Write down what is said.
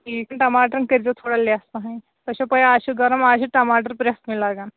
ٹھیٖک ٹَماٹرَن کٔرۍزیٚوس تھوڑا لیس پَہم تۄہہِ چھَو پَے اَز چھُ گرُم اَز چھُ ٹَماٹر پرٛتھ کُنہِ لگان